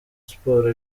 sports